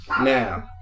Now